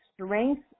strength